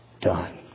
done